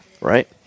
right